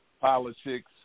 politics